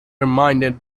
reminded